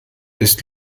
ist